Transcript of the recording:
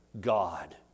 God